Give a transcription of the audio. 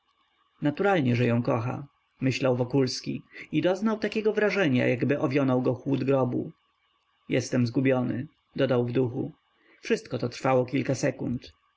naturalnie że ją kocha myślał wokulski i doznał takiego wrażenia jakby owionął go chłód grobu jestem zgubiony dodał w duchu wszystko to trwało kilka sekund